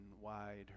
wide